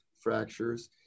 fractures